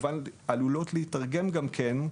עלולות להיתרגם גם כן,